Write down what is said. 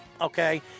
Okay